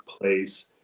place